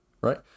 Right